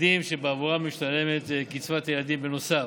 ילדים שבעבורם משתלמת קצבת ילדים, בנוסף.